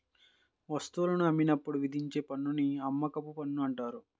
వస్తువులను అమ్మినప్పుడు విధించే పన్నుని అమ్మకపు పన్ను అంటారు